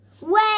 Wait